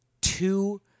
two